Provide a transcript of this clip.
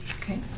Okay